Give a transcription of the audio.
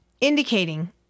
indicating